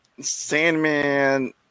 Sandman